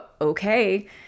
okay